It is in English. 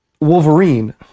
wolverine